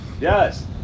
yes